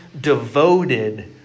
devoted